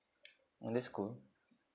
in this school